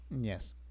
Yes